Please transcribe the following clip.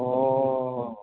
অ